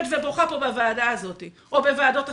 ובוכה פה בוועדה הזאת או בוועדות אחרות,